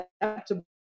acceptable